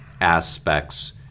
aspects